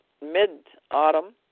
mid-autumn